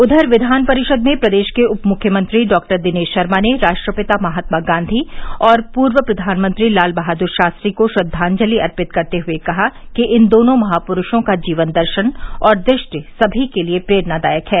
उधर विधान परिषद में प्रदेश के उपमुख्यमंत्री डॉ दिनेश शर्मा ने राष्ट्रपिता महात्मा गांधी और पूर्व प्रधानमंत्री लाल बहादुर शास्त्री को श्रद्वांजलि अर्पित करते हये कहा कि इन दोनों महापूरुषों का जीवन दर्शन और दृष्टि समी के लिये प्रेरणादायक है